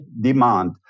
demand